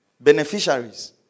Beneficiaries